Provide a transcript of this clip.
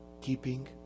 keeping